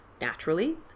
Naturally